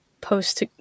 post